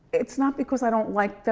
it's not because i don't like them,